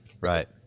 Right